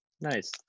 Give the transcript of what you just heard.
Nice